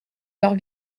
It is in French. leurs